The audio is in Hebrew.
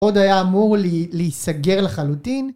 עוד היה אמור להיסגר לחלוטין